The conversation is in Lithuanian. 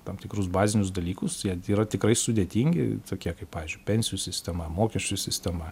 tam tikrus bazinius dalykus jie yra tikrai sudėtingi tokie kaip pavyzdžiui pensijų sistema mokesčių sistema